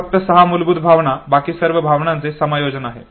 फक्त सहा मूलभूत भावना बाकी सर्व या भावनांचे संयोजन आहेत